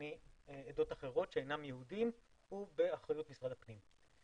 מעדות אחרות שאינם יהודים הוא באחריות משרד הפנים.